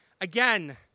Again